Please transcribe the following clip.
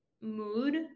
mood